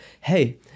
hey